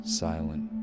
silent